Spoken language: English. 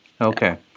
Okay